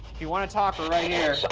you want to talk, we're right here. so